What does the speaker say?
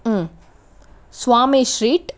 Swamy street